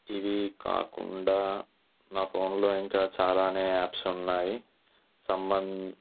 ఇవి కాకుండా నా ఫోన్లో ఇంకా చాలానే యాప్స్ ఉన్నాయి సంబం